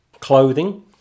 Clothing